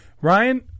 Ryan